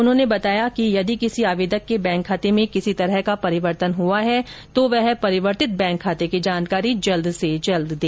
उन्होंने बताया कि यदि किसी आवेदक के बैंक खाते में किसी प्रकार का परिवर्तन हुआ है तो वह परिवर्तित बैंक खाते की जानकारी जल्द से जल्द दे